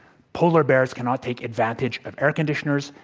polar bears cannot take advantage of air conditioners,